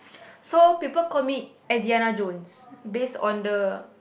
so people call me Adiana-Jones base on the